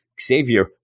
Xavier